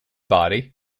body